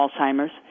Alzheimer's